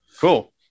Cool